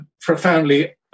profoundly